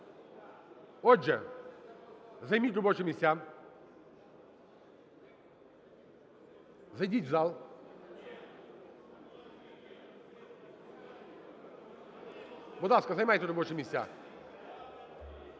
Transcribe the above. Отже, займіть робочі місця, зайдіть в зал. Будь ласка, займайте робочі місця.